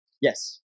Yes